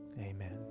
Amen